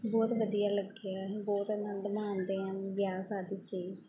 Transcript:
ਬਹੁਤ ਵਧੀਆ ਲੱਗਿਆ ਬਹੁਤ ਆਨੰਦ ਮਾਣਦੇ ਹਾਂ ਵਿਆਹ ਸ਼ਾਦੀ 'ਚ ਹੀ